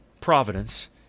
providence